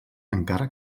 encara